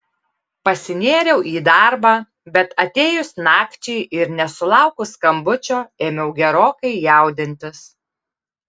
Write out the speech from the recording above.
pasinėriau į darbą bet atėjus nakčiai ir nesulaukus skambučio ėmiau gerokai jaudintis